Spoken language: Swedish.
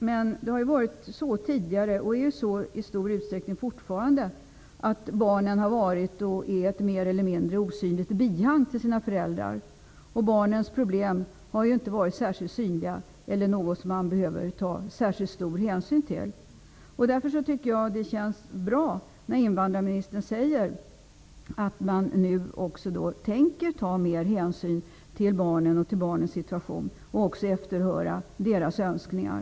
Men barnen har tidigare varit och är fortfarande mer eller mindre osynliga bihang till sina föräldrar, och barnens problem har inte varit särskilt synliga eller något som man har behövt ta särskilt stor hänsyn till. Därför känns det bra när invandrarministern säger att man nu också tänker ta mer hänsyn till barnen och deras situation och efterhöra deras önskningar.